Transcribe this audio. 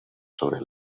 sobre